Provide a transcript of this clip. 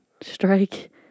strike